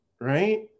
right